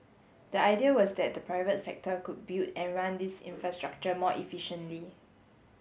the idea was that the private sector could build and run these infrastructure more efficiently